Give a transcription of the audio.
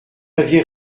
aviez